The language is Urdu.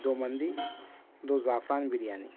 دو مندی دو زعفران بریانی